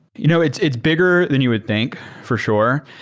you know it's it's bigger than you would think, for sure,